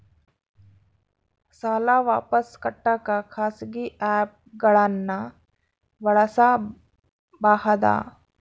ಸಾಲ ವಾಪಸ್ ಕಟ್ಟಕ ಖಾಸಗಿ ಆ್ಯಪ್ ಗಳನ್ನ ಬಳಸಬಹದಾ?